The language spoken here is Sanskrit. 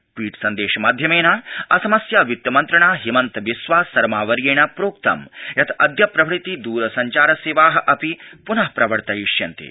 ट्वीट संदेश माध्यमेन असमस्य वित्तमन्त्रिणा हिमन्त बिस्वा सरमा कर्येण प्रोक्तं यत् अद्य प्रभृति द्रसंचार सेवा अयि पुन प्रवर्तयिस्यन्ते